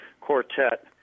quartet